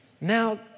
Now